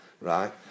right